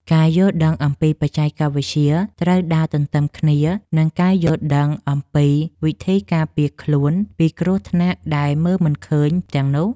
ការយល់ដឹងអំពីបច្ចេកវិទ្យាត្រូវដើរទន្ទឹមគ្នានឹងការយល់ដឹងអំពីវិធីការពារខ្លួនពីគ្រោះថ្នាក់ដែលមើលមិនឃើញទាំងនោះ។